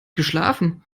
geschlafen